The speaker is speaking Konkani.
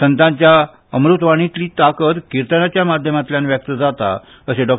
संताच्या अमृतवाणींतली ताकद किर्तनाच्या माध्यमांतल्यान व्यक्त जाता अशें डॉ